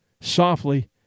softly